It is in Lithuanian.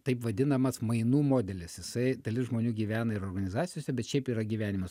taip vadinamas mainų modelis jisai dalis žmonių gyvena ir organizacijose bet šiaip yra gyvenimas